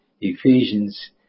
Ephesians